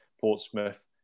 Portsmouth